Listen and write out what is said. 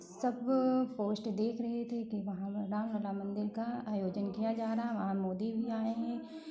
सब पोस्ट देख रहे थे कि वहाँ पर राम लला मन्दिर का आयोजन किया जा रहा वहाँ मोदी भी आए हैं